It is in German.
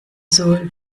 soll